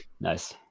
Nice